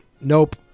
nope